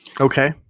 Okay